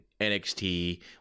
NXT